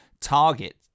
target